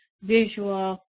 visual